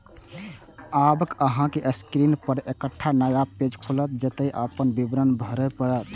आब अहांक स्क्रीन पर एकटा नया पेज खुलत, जतय अपन विवरण भरय पड़त